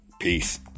Peace